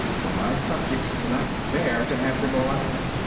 for my subjects cannot bear to have them around.